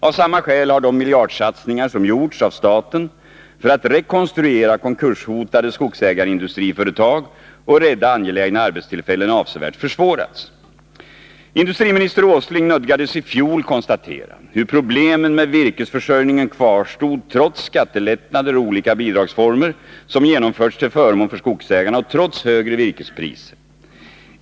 Av samma skäl har de miljardsatsningar som gjorts av staten för att rekonstruera konkurshotade skogsägarindustriföretag och rädda angelägna arbetstillfällen avsevärt försvårats. Industriminister Åsling nödgades i fjol konstatera att problemen med virkesförsörjningen kvarstod, trots skattelättnader och olika bidragsformer som genomförts till förmån för skogsägarna och trots högre virkespriser.